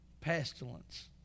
pestilence